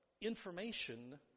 information